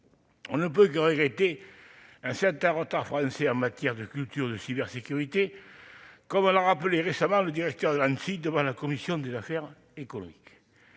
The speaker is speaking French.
On ne peut que regretter un certain retard français en matière de culture de cybersécurité, comme l'a rappelé récemment le directeur de l'Anssi devant la commission des affaires économiques.